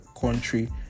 country